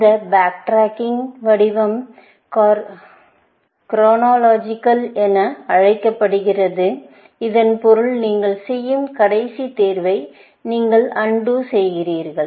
இந்த பேக்டிரக்கிங் வடிவம் குறானலாஜிக்கல் என அழைக்க படுகிறது இதன் பொருள் நீங்கள் செய்யும் கடைசி தேர்வை நீங்கள் அன்டூ செய்கிறீா்கள்